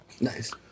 Nice